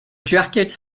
jacket